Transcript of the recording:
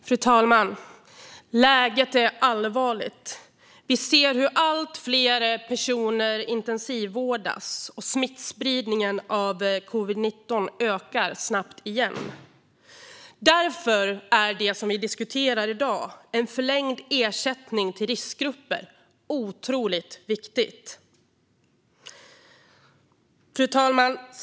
Fru talman! Läget är allvarligt. Allt fler intensivvårdas, och smittspridningen av covid-19 ökar snabbt igen. Därför är det som vi diskuterar i dag, förlängd ersättning till riskgrupper, otroligt viktigt. Fru talman!